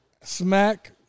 Smack